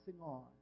on